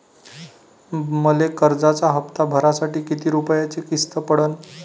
मले कर्जाचा हप्ता भरासाठी किती रूपयाची किस्त पडन?